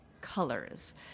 colors